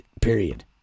period